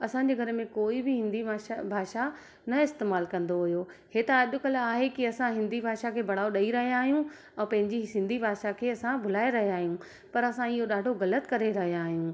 असांजे घर में कोई बि हिंदी माषा भाषा न इस्तेमालु कंदो हुओ इहे त अॼुकल्ह आहे की असां हिंदी भाषा खे बड़ाओ ॾेई रहिया आहियूं ऐं पंहिंजी सिंधी भाषा खे असां भुलाए रहिया आहियूं पर असां इहो ॾाढो गलति करे रहिया आहियूं